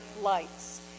lights